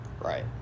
Right